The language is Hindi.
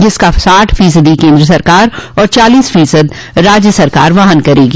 जिसका साठ फीसदी केन्द्र सरकार और चालीस फीसदी राज्य सरकार वहन करेगी